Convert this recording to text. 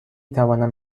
توانم